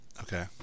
Okay